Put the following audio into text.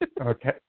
Okay